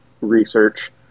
research